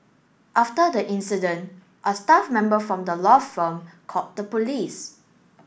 after the incident a staff member from the law firm called the police